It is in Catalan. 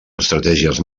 estratègies